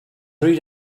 three